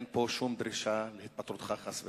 אין פה שום דרישה להתפטרותך, חס וחלילה.